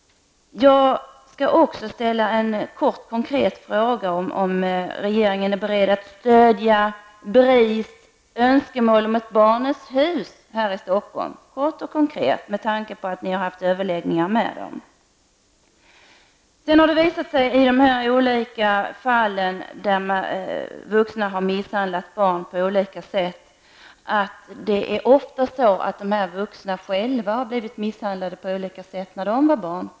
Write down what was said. Låt mig också ställa en kort och konkret fråga om huruvida regeringen är beredd att stödja BRIS önskemål om ett Barnets hus här i Stockholm. Ni har ju haft överläggningar med BRIS. Det har också i de fall där vuxna har misshandlat barn visat sig att de vuxna också själva ofta har blivit misshandlade som barn.